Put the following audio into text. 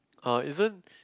ah isn't